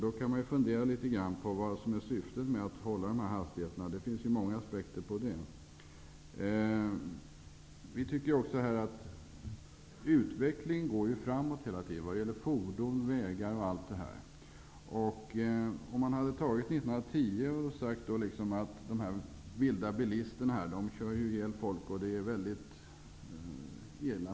Då kan man fundera litet över vad som är syftet med att hålla de här hastighetsgränserna, och det finns ju många aspekter på det. Utvecklingen går framåt hela tiden vad gäller fordon, vägar osv. 1910, när det var vanligt med hästskjutsar, fanns det de som sade att de vilda bilisterna kör ihjäl folk och att det är väldigt illa.